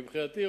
מבחינתי,